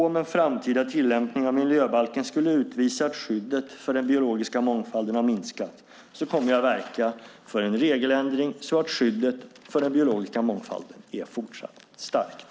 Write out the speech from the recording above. Om en framtida tillämpning av miljöbalken skulle utvisa att skyddet för den biologiska mångfalden har minskat kommer jag att verka för en regeländring så att skyddet för den biologiska mångfalden är fortsatt starkt.